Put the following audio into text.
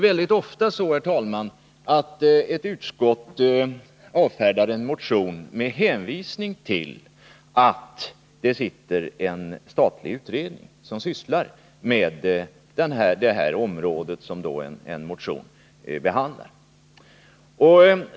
Väldigt ofta, herr talman, avfärdar ett utskott en motion med hänvisning till att det sitter en statlig utredning som sysslar med det område som motionen i fråga behandlar.